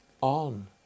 on